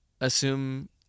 assume